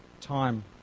time